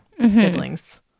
siblings